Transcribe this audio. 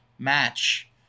match